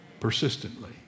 persistently